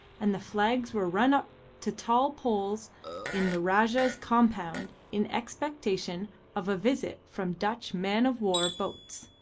and the flags were run up to tall poles in the rajah's compound in expectation of a visit from dutch man-of-war boats.